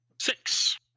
Six